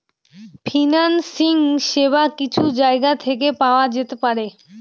financing সেবা কিছু জায়গা থেকে পাওয়া যেতে পারে